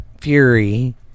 Fury